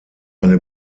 eine